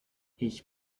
ich